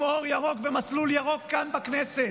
עם אור ירוק ומסלול ירוק כאן בכנסת